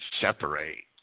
separate